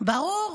אה, ברור.